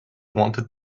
wanted